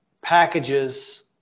packages